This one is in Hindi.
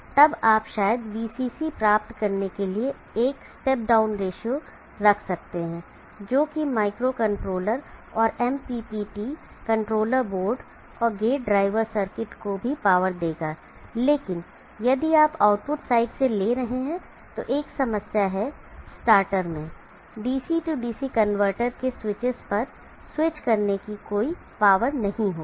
तब आप शायद VCC प्राप्त करने के लिए एक स्टेप डाउन रेश्यो रख सकते हैं जो कि माइक्रोकंट्रोलर और MPPT कंट्रोलर बोर्ड और गेट ड्राइवर सर्किट को भी पावर देगा लेकिन यदि आप आउटपुट साइड से ले रहे हैं तो एक समस्या है स्टार्टर में DC DC कनवर्टर के स्विचस पर स्विच करने की कोई पावर नहीं होगी